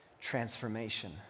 transformation